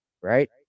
right